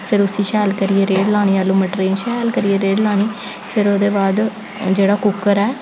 फिर उसी शैल करियै रेड़ लानी आलू मटरें गी शैल करियै रेड़ लानी फिर ओह्दे बाद जेह्ड़ा कुकर ऐ